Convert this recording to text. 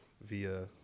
via